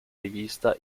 rivista